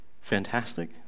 fantastic